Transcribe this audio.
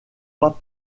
pas